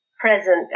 present